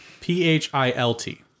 P-H-I-L-T